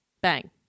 Bang